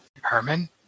Herman